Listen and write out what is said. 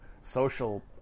social